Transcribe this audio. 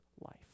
life